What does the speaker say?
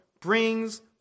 Brings